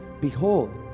behold